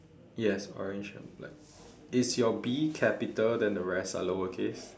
yes orange and black is your B capital then the rest are lower case